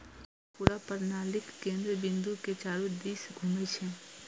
ई tower पूरा प्रणालीक केंद्र बिंदु के चारू दिस घूमै छै